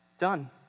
Done